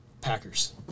packers